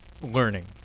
learning